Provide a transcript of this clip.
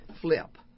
flip